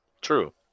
True